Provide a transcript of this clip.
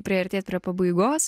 priartėt prie pabaigos